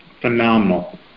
phenomenal